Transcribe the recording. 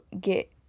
get